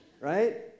right